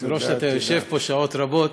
נראה שאתה יושב פה שעות רבות.